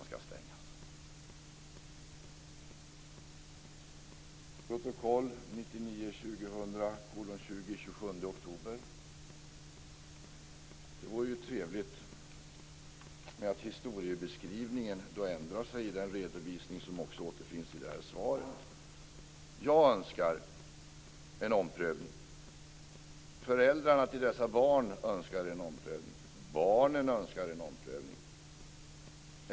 Detta framgår av protokoll 1999/2000:20 den 27 oktober. Det vore trevligt om historieskrivningen ändrades i förhållande till den redovisning som återfinns i svaret. Jag önskar en omprövning. Föräldrarna till de här barnen önskar en omprövning. Barnen önskar en omprövning.